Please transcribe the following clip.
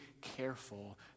careful